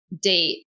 date